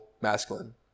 masculine